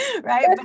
right